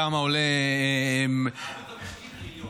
כמה עולה --- העלות המשקית היא מיליון.